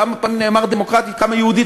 כמה פעמים נאמר "דמוקרטית" וכמה "יהודית"